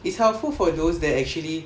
it's helpful for those that actually